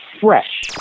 fresh